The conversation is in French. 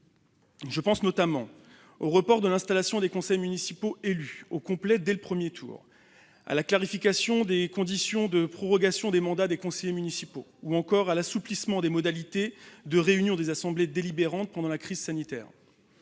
Je pense notamment au report de l'installation des conseils municipaux élus au complet dès le premier tour, à la clarification des conditions de prorogation des mandats des conseillers municipaux et à l'assouplissement des modalités de réunion des assemblées délibérantes pendant la crise sanitaire.